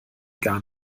gar